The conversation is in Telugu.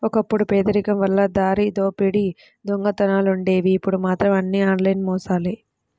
ఒకప్పుడు పేదరికం వల్ల దారిదోపిడీ దొంగతనాలుండేవి ఇప్పుడు మాత్రం అన్నీ ఆన్లైన్ మోసాలే